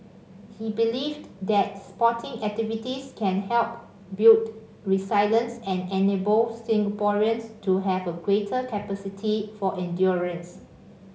he believed that sporting activities can help build resilience and enable Singaporeans to have a greater capacity for endurance